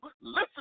listen